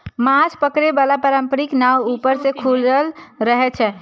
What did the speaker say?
माछ पकड़े बला पारंपरिक नाव ऊपर सं खुजल रहै छै